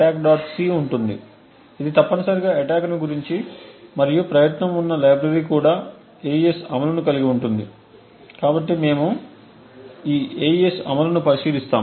c ఉంటుంది ఇది తప్పనిసరిగా అటాక్ ను గురించి మరియు ప్రస్తుతం ఉన్న లైబ్రరీ కూడా AES అమలును కలిగి ఉంటుంది కాబట్టి మేము ఈ AES అమలును పరిశీలిస్తాము